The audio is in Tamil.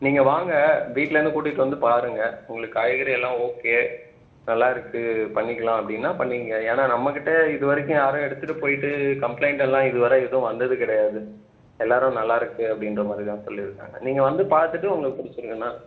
நீங்கள் வாங்க வீட்லேருந்து கூட்டிகிட்டு வந்து பாருங்கள் உங்களுக்கு காய்கறியெல்லாம் ஓகே நல்லாயிருக்கு பண்ணிக்கலாம் அப்படின்னா பண்ணிக்கிங்க ஏன்னால் நம்மக்கிட்ட இதுவரைக்கும் யாரும் எடுத்துகிட்டு போகிட்டு கம்ப்ளைண்ட் எல்லாம் இதுவரை எதுவும் வந்தது கிடையாது எல்லாரும் நல்லாயிருக்கு அப்படின்ற மாதிரி தான் சொல்லிருக்காங்கள் நீங்கள் வந்து பார்த்துட்டு உங்களுக்கு பிடிச்சிருந்துதுன்னா